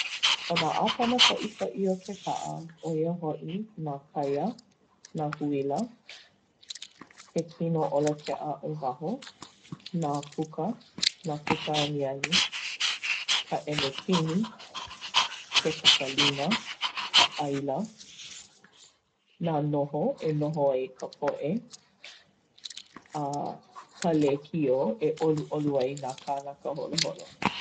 ʻO nā ʻāpana koʻikoʻi o ke kaʻa, ʻo ia hoʻi nā kaia, nā huila, ke kino ʻolokeʻa o waho, nā puka, nā puka aniani, ka ʻenekini, ke kakalina, ka ʻaila, nā noho e noho ai ka poʻe, a ka lēkiō e ʻoluʻolu ai nā kānaka holoholo.